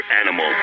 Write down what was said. animal